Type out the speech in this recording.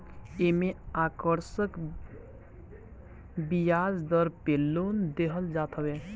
एमे आकर्षक बियाज दर पे लोन देहल जात हवे